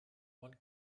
one